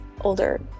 older